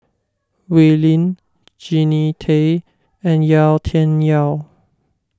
Wee Lin Jannie Tay and Yau Tian Yau